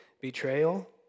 betrayal